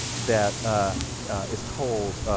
that is, cold,